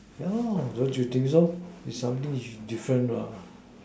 ya don't you think so it's something which is different what